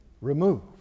removed